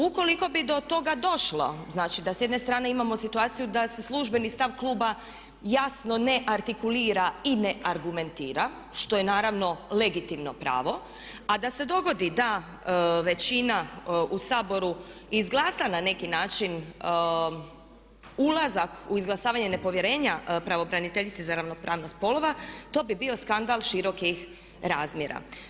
Ukoliko bi do toga došlo znači da s jedne strane imamo situaciju da se službeni stav kluba jasno ne artikulira i ne argumentira što je naravno legitimno pravo, a da se dogodi da većina u Saboru izglasa na neki način ulazak u izglasavanje nepovjerenja pravobraniteljici za ravnopravnost spolova to bi bio skandal širokih razmjera.